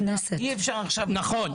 אי אפשר עכשיו --- נכון,